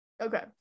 okay